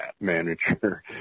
manager